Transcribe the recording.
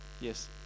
yes